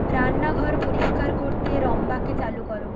রান্নাঘর পরিষ্কার করতে রম্বাকে চালু করো